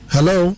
Hello